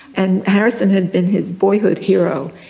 and harrison had been his boyhood hero.